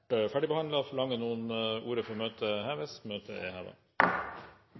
Forlanger noen ordet før møtet er hevet? – Møtet er